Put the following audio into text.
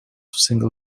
single